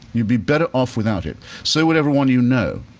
you'd be better off without it. so would everyone you know,